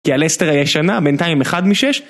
כי הלסטר הישנה, בינתיים 1 מ-6